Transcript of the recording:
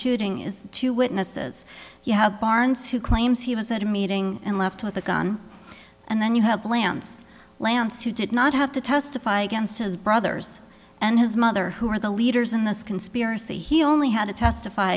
shooting is two witnesses you have barnes who claims he was at a meeting and left with a gun and then you have lance lance who did not have to testify against his brothers and his mother who are the leaders in this conspiracy he only had to testify